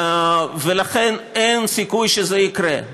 ולכן אין סיכוי שזה יקרה.